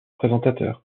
présentateur